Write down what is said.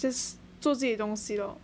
just 做自己东西 lor